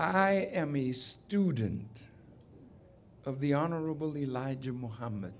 i am a student of the honorable elijah muhamm